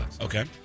Okay